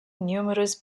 numerous